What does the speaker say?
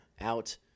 out